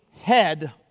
head